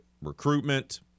recruitment